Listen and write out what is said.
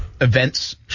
events